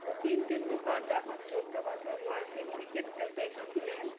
সচিন তেন্ডুলকর যখন চৌদ্দ বছর বয়সে ক্রিকেট খেলতে এসেছিলেন